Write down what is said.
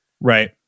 right